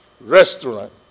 restaurant